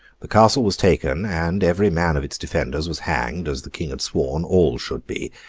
the castle was taken and every man of its defenders was hanged, as the king had sworn all should be,